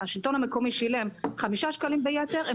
השלטון המקומי שילם חמישה שקלים ביתר הם